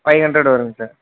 five hundred வருங்க sir